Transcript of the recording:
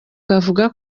kavuga